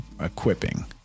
equipping